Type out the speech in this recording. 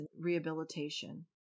rehabilitation